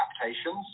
adaptations